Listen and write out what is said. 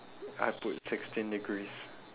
I put sixteen degrees